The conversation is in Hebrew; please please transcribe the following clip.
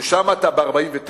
ששם אתה ב-49%.